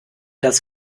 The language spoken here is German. das